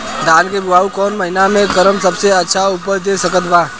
धान के बुआई कौन महीना मे करल सबसे अच्छा उपज दे सकत बा?